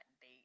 date